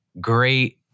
great